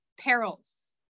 perils